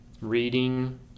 reading